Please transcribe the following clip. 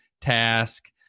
task